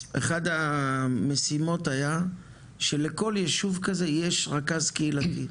אחת המשימות הייתה שלכל יישוב כזה יהיה רכז קהילתי.